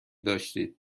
داشتید